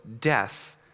death